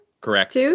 Correct